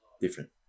different